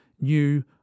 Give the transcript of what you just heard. new